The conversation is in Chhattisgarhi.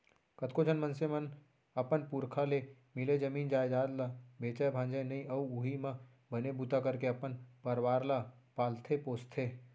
कतको झन मनसे मन अपन पुरखा ले मिले जमीन जयजाद ल बेचय भांजय नइ अउ उहीं म बने बूता करके अपन परवार ल पालथे पोसथे